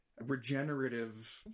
regenerative